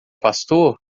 pastor